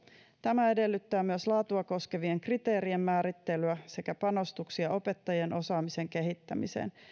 tämä edellyttää myös laatua koskevien kriteerien määrittelyä sekä panostuksia opettajien osaamisen kehittämiseen